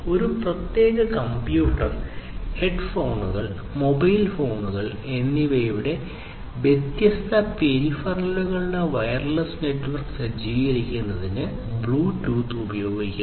ഒരു പ്രത്യേക കമ്പ്യൂട്ടർ ഹെഡ്ഫോണുകൾ മൊബൈൽ ഫോണുകൾ എന്നിവയുടെ വ്യത്യസ്ത പെരിഫറലുകളുടെ വയർലെസ് നെറ്റ്വർക്ക് സജ്ജീകരിക്കുന്നതിന് ബ്ലൂടൂത്ത് ഉപയോഗിക്കുന്നു